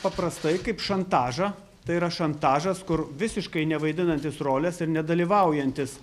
paprastai kaip šantažą tai yra šantažas kur visiškai nevaidinantis rolės ir nedalyvaujantis